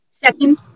Second